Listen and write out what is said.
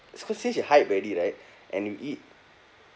because since you hype already right and you eat